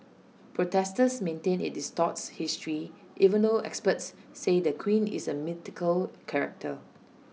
protesters maintain IT distorts history even though experts say the queen is A mythical character